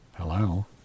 Hello